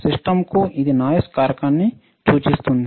సిస్టమ్కు ఇది నాయిస్ కారకాన్ని సూచిస్తుంది